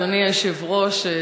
אדוני היושב-ראש,